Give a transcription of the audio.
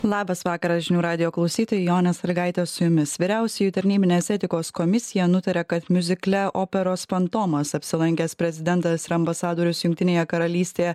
labas vakaras žinių radijo klausytojai jonė sąlygaitė su jumis vyriausioji tarnybinės etikos komisija nutarė kad miuzikle operos fantomas apsilankęs prezidentas ir ambasadorius jungtinėje karalystėje